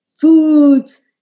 foods